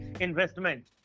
investment